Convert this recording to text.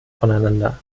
voneinander